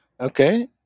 Okay